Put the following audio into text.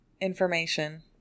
information